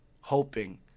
hoping